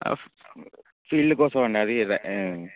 field కోసం అండి అదిద